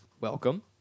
Welcome